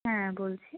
হ্যাঁ বলছি